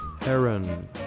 Heron